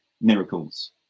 miracles